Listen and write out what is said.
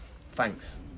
Thanks